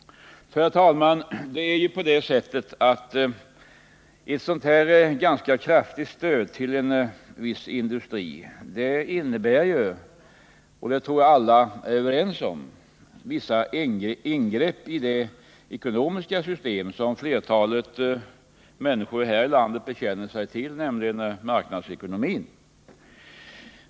Herr talman! Ett ganska kraftigt stöd till en viss industri innebär — det tror jag alla är överens om -— ett ingrepp i det ekonomiska system som flertalet medborgare här i landet bekänner sig till, nämligen marknadsekonomin.